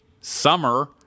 summer